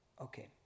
Okay